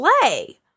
play